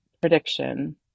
prediction